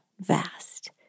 vast